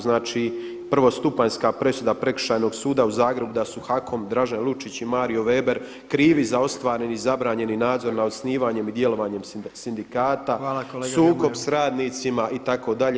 Znači prvostupanjska presuda Prekršajnog suda u Zagrebu, da su HAKOM, Dražen Lučić i Mario Veber krivi za ostvareni zabranjeni nadzor nad osnivanjem i djelovanjem sindikata, [[Upadica Jandroković: Hvala kolega Grmoja.]] sukob sa radnicima itd.